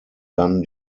dann